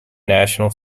national